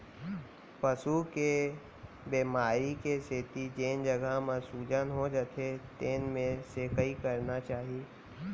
पसू के बेमारी के सेती जेन जघा म सूजन हो जाथे तेन मेर सेंकाई करना चाही